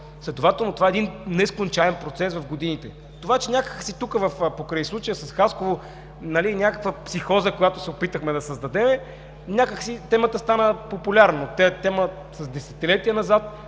Следователно това е един нескончаем процес в годините. Това че някак си тук покрай случая с Хасково, нали, някаква психоза, която се опитахме да създадем, някак си темата стана популярна. Тя е тема с десетилетия назад